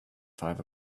five